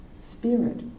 Spirit